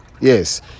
yes